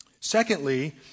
Secondly